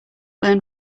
learn